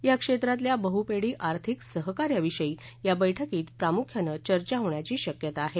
या क्षेत्रातल्या बहुपेडी आर्थिक सहकार्याविषयी या बैठकीत प्रामुख्यानं चर्चा होण्याची शक्यता आहे